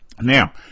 Now